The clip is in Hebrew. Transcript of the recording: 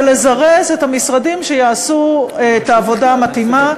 היא לזרז את המשרדים שיעשו את העבודה המתאימה,